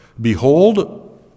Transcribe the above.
Behold